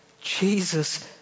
Jesus